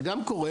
זה גם קורה